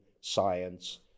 science